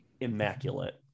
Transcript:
immaculate